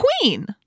Queen